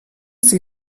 sie